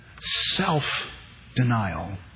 Self-denial